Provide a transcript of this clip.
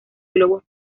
globos